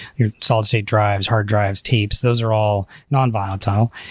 your solid state drives, hard drives, tapes, those are all non-volatile.